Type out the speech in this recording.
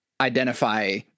identify